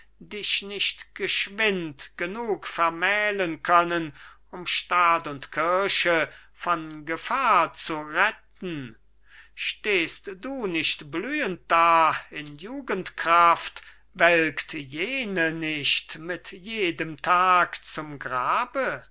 dich nicht geschwind genug vermählen können um staat und kirche von gefahr zu retten stehst du nicht blühend da in jugendkraft welkt jene nicht mit jedem tag zum grabe